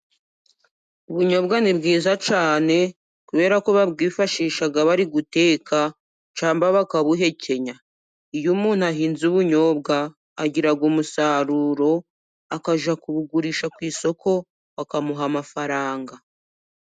Ubunyobwa ni bwiza cyane kubera ko babwifashisha bari guteka cyangwa bakabuhekenya, iyo umuntu ahinze ubunyobwa agira umusaruro, akajya kubugurisha ku isoko bakamuha amafaranga.